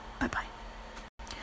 Bye-bye